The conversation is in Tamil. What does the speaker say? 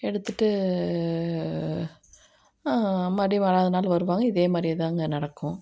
எடுத்துகிட்டு மறுபடி மறாவதுநாள் வருவாங்க இதே மாதிரியேதாங்க நடக்கும்